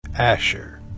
Asher